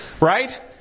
right